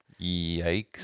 Yikes